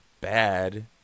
bad